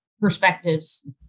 perspectives